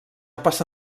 passa